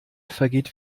vergeht